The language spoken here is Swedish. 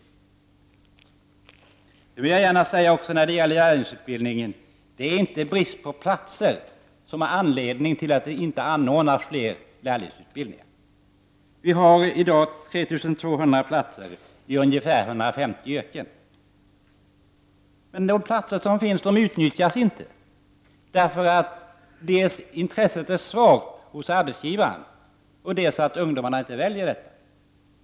När det gäller lärlingsutbildning vill jag också gärna säga att det inte är brist på platser som är anledningen till att inte fler sådana utbildningar anordnas. Vi har i dag 3 200 platser i ungefär 150 yrken. Men de platser som finns utnyttjas inte. Dels är intresset svagt hos arbetsgivarna, dels väljer inte ungdomarna dessa alternativ.